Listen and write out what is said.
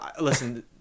listen